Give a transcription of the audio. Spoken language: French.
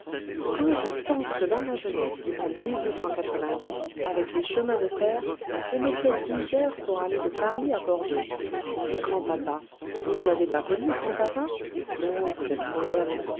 quand je pense que dans ma jeunesse en avec les chemins de fer on mettait dix heures pour aller de paris à bordeaux et grandpapa vous ne l'avez pas connu grand-papa non vous êtes trop jeunes